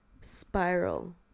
spiral